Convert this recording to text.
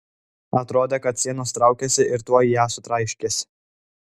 atrodė kad sienos traukiasi ir tuoj ją sutraiškys